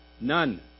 None